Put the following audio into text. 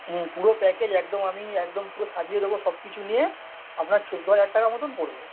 হুম পুরো প্যাকেজ একদম আমি একদম পুরো সাজিয়ে দেবো সব কিছু নিয়ে আপনার চোদ্দো হাজার টাকার মতোন পড়বে